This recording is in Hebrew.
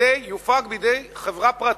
יופק בידי חברה פרטית.